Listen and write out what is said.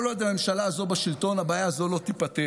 כל עוד הממשלה הזו בשלטון, הבעיה הזו לא תיפתר.